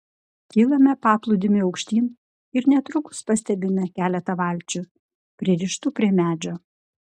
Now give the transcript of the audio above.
kylame paplūdimiu aukštyn ir netrukus pastebime keletą valčių pririštų prie medžio